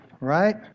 right